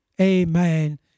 Amen